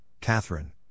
Catherine